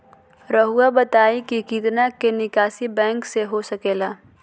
रहुआ बताइं कि कितना के निकासी बैंक से हो सके ला?